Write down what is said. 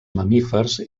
mamífers